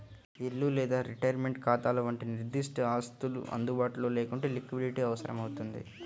ఇల్లు లేదా రిటైర్మెంట్ ఖాతాల వంటి నిర్దిష్ట ఆస్తులు అందుబాటులో లేకుంటే లిక్విడిటీ అవసరమవుతుంది